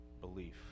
belief